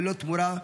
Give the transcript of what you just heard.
ללא תמורה.